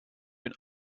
been